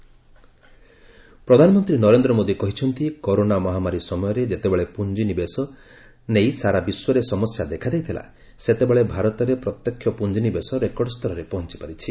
PM ASSOCHAM ପ୍ରଧାନମନ୍ତ୍ରୀ ନରେନ୍ଦ୍ର ମୋଦି କହିଛନ୍ତି corona ମହାମାରୀ ସମୟରେ ଯେତେବେଳେ ପ୍ରଞ୍ଜିନିବେଶ ନେଇ ସାରା ବିଶ୍ୱରେ ସମସ୍ୟା ଦେଖାଦେଇଥିଲା ସେତେବେଳେ ଭାରତରେ ପ୍ରତ୍ୟକ୍ଷ ପ୍ରଞ୍ଜିନିବେଶ ରେକର୍ଡସ୍ତରରେ ପହଞ୍ଚପାରିଛି